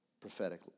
prophetic